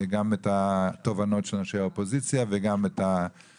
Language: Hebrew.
גם את התובנות של אנשי האופוזיציה וגם את התרומה